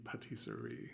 Patisserie